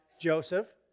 Joseph